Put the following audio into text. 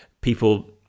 people